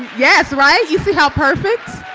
yes, right, you see how perfect?